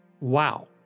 Wow